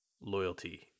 Loyalty